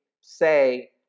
say